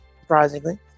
surprisingly